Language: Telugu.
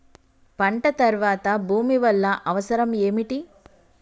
పంట తర్వాత భూమి వల్ల అవసరం ఏమిటి?